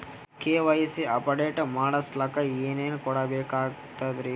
KYC update ಮಾಡಸ್ಲಕ ಏನೇನ ಕೊಡಬೇಕಾಗ್ತದ್ರಿ?